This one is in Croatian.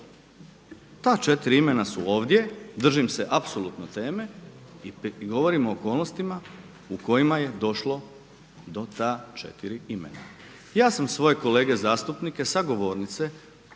Ta 4 imena su ovdje, držim se apsolutno teme i govorim o okolnostima u kojima je došlo do ta 4 imena. Ja sam svoje kolege zastupnike sa govornice